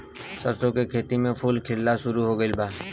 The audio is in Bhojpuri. सरसों के खेत में फूल खिलना शुरू हो गइल बा